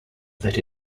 that